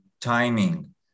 timing